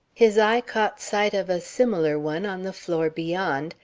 his eye caught sight of a similar one on the floor beyond,